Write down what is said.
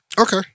Okay